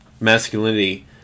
masculinity